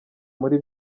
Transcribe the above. muri